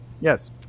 yes